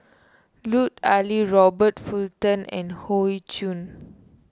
Lut Ali Robert Fullerton and Hoey Choo